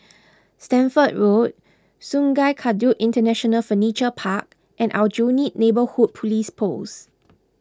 Stamford Road Sungei Kadut International Furniture Park and Aljunied Neighbourhood Police Post